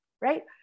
Right